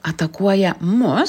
atakuoja mus